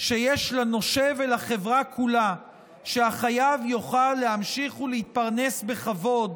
שיש לנושה ולחברה כולה שהחייב יוכל להמשיך ולהתפרנס בכבוד